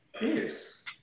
yes